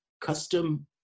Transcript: custom